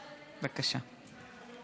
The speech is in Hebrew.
בבקשה.